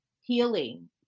healing